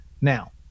Now